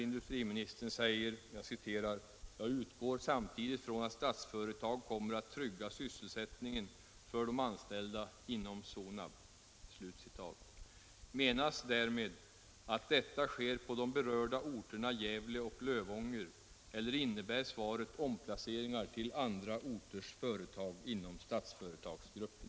Industriministern uttalade bl.a.: ”—-—— jag utgår samtidigt från att Statsföretag kommer att trygga sysselsättningen för de anställda inom Sonab”. Menas därmed att detta skulle ske på de berörda orterna, Gävle och Lövånger, eller innebär svaret omplaceringar till andra orter och företag inom Statsföretagsgruppen?